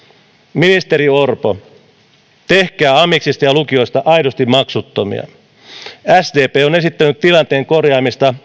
ministeri orpo tehkää amiksista ja lukioista aidosti maksuttomia sdp on esittänyt tilanteen korjaamista